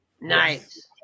Nice